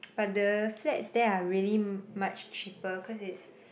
but the flats there are really much cheaper cause it's